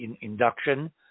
induction